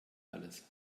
alles